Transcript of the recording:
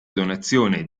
donazione